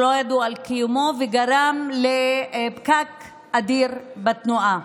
שלא ידעו על קיומו וגרם לפקק אדיר בתנועה.